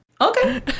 okay